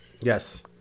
Yes